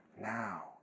now